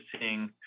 seeing